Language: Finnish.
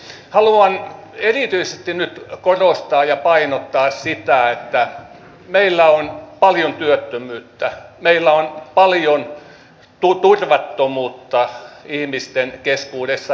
haluan nyt erityisesti korostaa ja painottaa sitä että meillä on paljon työttömyyttä meillä on paljon turvattomuutta ihmisten keskuudessa